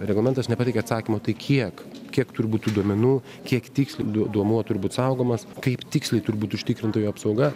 reglamentas nepateikia atsakymo tai kiek kiek turi būt tų duomenų kiek tiksliai duo duomuo turi būt saugomas kaip tiksliai turi būt užtikrinta jo apsauga